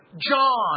John